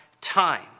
time